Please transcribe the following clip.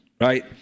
right